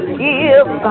give